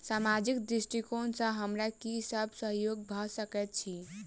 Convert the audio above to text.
सामाजिक दृष्टिकोण सँ हमरा की सब सहयोग भऽ सकैत अछि?